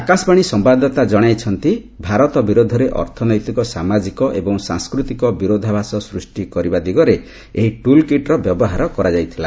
ଆକାଶବାଣୀ ସମ୍ଭାଦଦାତା ଜଣାଇଛନ୍ତି ଭାରତ ବିରୋଧରେ ଅର୍ଥନୈତିକ ସାମାଜିକ ଏବଂ ସାଂସ୍କୃତିକ ବିରୋଧାଭାଷ ସୃଷ୍ଟି କରିବା ଦିଗରେ ଏହି ଟୁଲ୍ କିଟ୍ର ବ୍ୟବହାର କରାଯାଇଥିଲା